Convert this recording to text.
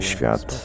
Świat